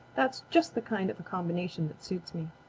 that's just the kind of a combination that suits me.